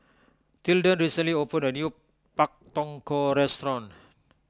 Tilden recently opened a new Pak Thong Ko restaurant